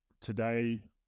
today